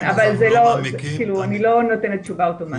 כן אבל זה לא, אני לא נותנת תשובה אוטומטית.